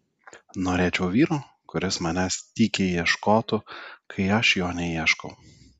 norėčiau vyro kuris manęs tykiai ieškotų kai aš jo neieškau